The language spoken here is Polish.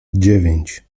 dziewięć